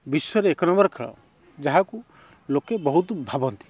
ବିଶ୍ୱରେ ଏକ ନମ୍ବର୍ ଖେଳ ଯାହାକୁ ଲୋକେ ବହୁତ ଭାବନ୍ତି